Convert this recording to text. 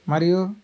మరియు